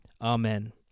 Amen